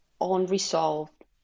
unresolved